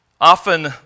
often